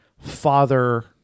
father